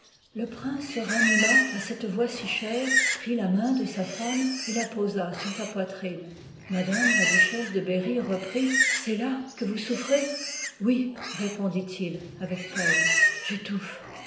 le prince se ranima à cette voix si chère prit la main de sa femme et la posa sur sa poitrine m la duchesse de berry reprit c'est laque vous souffrez oui répondit-il avec peine j'étouffe